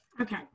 Okay